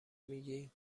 میگی